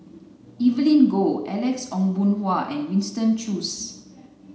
Evelyn Goh Alex Ong Boon Hau and Winston Choos